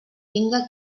vinga